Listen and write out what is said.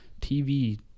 TV